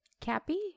Cappy